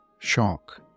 shock